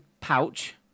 pouch